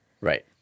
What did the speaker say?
Right